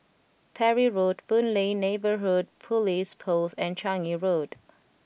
Parry Road Boon Lay Neighbourhood Police Post and Changi Road